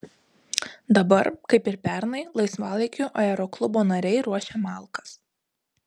dabar kaip ir pernai laisvalaikiu aeroklubo nariai ruošia malkas